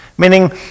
Meaning